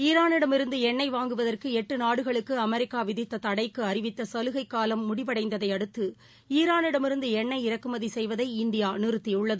ஈரானிடமிருந்துஎண்ணெய் வாங்குவதற்குஎட்டுநாடுகளுக்குஅமெரிக்காவிதித்ததடைக்குஅறிவித்தசலுகைகாலம் முடிவடைந்ததைஅடுத்துரானிடமிருந்துஎண்ணெய் இறக்குமதிசெய்வதை இந்தியாநிறுத்தியுள்ளது